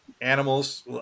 Animals